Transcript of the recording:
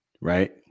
Right